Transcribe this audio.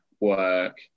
work